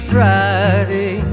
Friday